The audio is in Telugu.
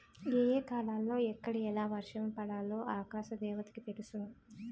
ఏ ఏ కాలాలలో ఎక్కడ ఎలా వర్షం పడాలో ఆకాశ దేవతకి తెలుసును